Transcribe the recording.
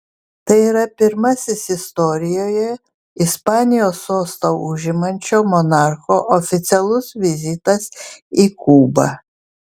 tai yra pirmasis istorijoje ispanijos sostą užimančio monarcho oficialus vizitas į kubą